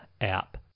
app